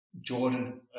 Jordan